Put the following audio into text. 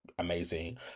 Amazing